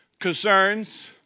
concerns